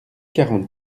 quarante